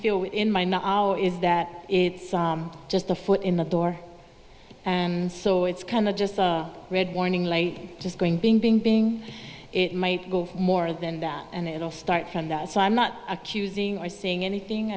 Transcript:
feel in my now is that it's just a foot in the door and so it's kind of just a red warning light just going being being being it might go more than that and it will start from that so i'm not accusing or seeing anything